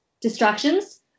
distractions